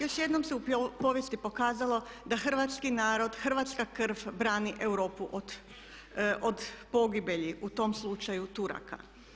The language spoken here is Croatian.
Još jednom se u povijesti pokazalo da Hrvatski narod, hrvatska krv brani Europu od pogibelji u tom slučaju Turaka.